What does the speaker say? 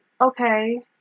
okay